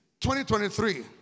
2023